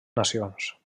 nacions